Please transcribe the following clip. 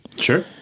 Sure